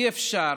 אי-אפשר